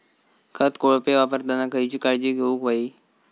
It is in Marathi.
खत कोळपे वापरताना खयची काळजी घेऊक व्हयी?